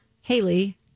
Haley